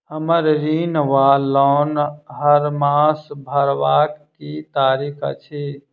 हम्मर ऋण वा लोन हरमास भरवाक की तारीख अछि?